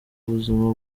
buzima